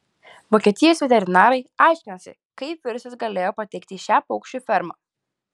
vokietijos veterinarai aiškinasi kaip virusas galėjo patekti į šią paukščių fermą